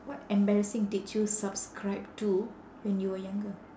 what embarrassing did you subscribe to when you were younger